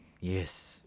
Yes